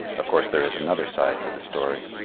of course there is another side to the story,